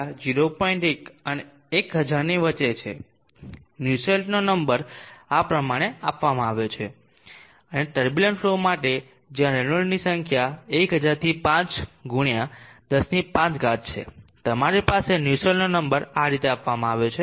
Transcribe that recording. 1 અને 1000 ની વચ્ચે છે નુસ્સેલ્ટનો નંબર આ પ્રમાણે આપવામાં આવ્યો છે અને ટર્બુલંટ ફલો માટે જ્યાં રેનોલ્ડ્સની સંખ્યા 1000 થી 5 ગુણ્યા 105 છે તમારી પાસે નુસ્સેલ્ટનો નંબર આ રીતે આપવામાં આવ્યો છે